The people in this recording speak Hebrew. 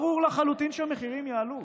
ברור לחלוטין שהמחירים יעלו.